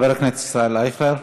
חבר הכנסת ישראל אייכלר,